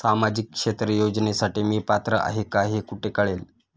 सामाजिक क्षेत्र योजनेसाठी मी पात्र आहे का हे कुठे कळेल?